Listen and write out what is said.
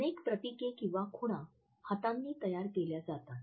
अनेक प्रतीके किंवा खुणा हातांनी तयार केल्या जातात